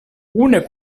kune